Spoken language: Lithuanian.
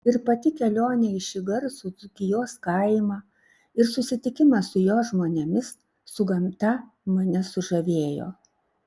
ir pati kelionė į šį garsų dzūkijos kaimą ir susitikimas su jo žmonėmis su gamta mane sužavėjo